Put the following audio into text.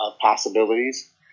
possibilities